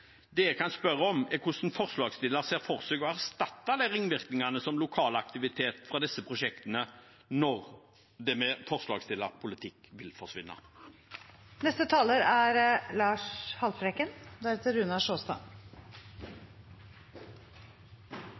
det jeg kan spørre om, er hvordan forslagsstillerne ser for seg å erstatte de ringvirkningene som lokal aktivitet fra disse prosjektene gir, når de med forslagsstillernes politikk vil